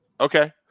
okay